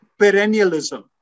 perennialism